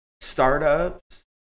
startups